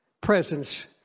presence